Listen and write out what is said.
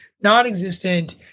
non-existent